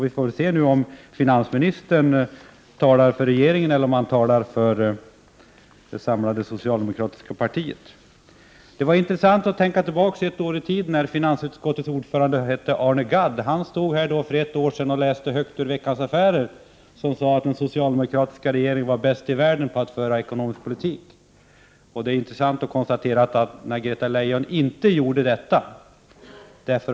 Vi får höra om finansministern i dag kommer att tala för regeringen eller om han talar för det samlade socialdemokratiska partiet. Det är intressant att tänka tillbaka ett år i tiden. Finansutskottets ordförande hette ju då Arne Gadd, och han stod vid den tidpunkten och läste högt ur Veckans Affärer, där det hette att den socialdemokratiska regeringen var bäst i världen på att föra ekonomisk politik. Nu kan vi konstatera att Anna-Greta Leijon inte gör på detta sätt.